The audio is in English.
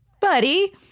buddy